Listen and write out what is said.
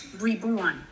reborn